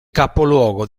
capoluogo